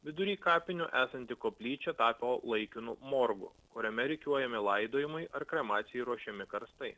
vidury kapinių esanti koplyčia tapo laikinu morgu kuriame rikiuojami laidojimui ar kremacijai ruošiami karstai